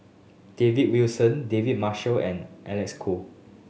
David Wilson David Marshall and Alec Kuok